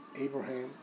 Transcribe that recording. Abraham